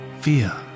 fear